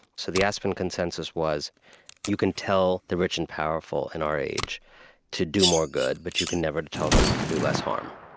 so the aspen consensus was you can tell the rich and powerful in our age to do more good, but you can never tell them to do less harm.